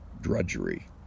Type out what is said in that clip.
drudgery